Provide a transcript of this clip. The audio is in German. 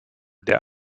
der